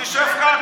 תשב כאן,